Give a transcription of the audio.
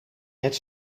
het